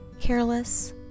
careless